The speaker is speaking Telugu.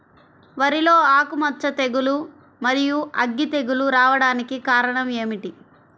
వరిలో ఆకుమచ్చ తెగులు, మరియు అగ్గి తెగులు రావడానికి కారణం ఏమిటి?